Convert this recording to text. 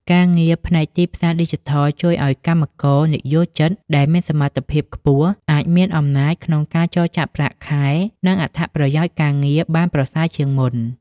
ការងារផ្នែកទីផ្សារឌីជីថលជួយឱ្យកម្មករនិយោជិតដែលមានសមត្ថភាពខ្ពស់ អាចមានអំណាចក្នុងការចរចាប្រាក់ខែ និងអត្ថប្រយោជន៍ការងារបានប្រសើរជាងមុន។